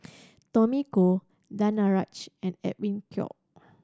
Tommy Koh Danaraj and Edwin Koek